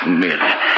million